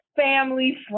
Family